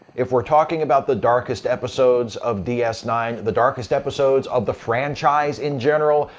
if we're talking about the darkest episodes of d s nine, the darkest episodes of the franchise in general,